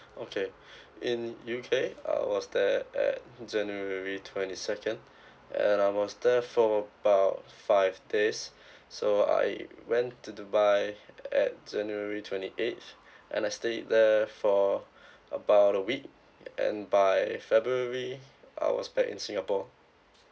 okay in U_K I was there at january twenty second and I was there for about five days so I went to dubai at january twenty eighth and I stayed there for about a week and by february I was back in singapore